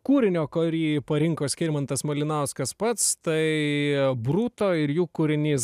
kūrinio kurį parinko skirmantas malinauskas pats tai bruto ir jų kūrinys